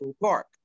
park